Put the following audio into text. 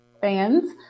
fans